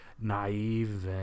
naive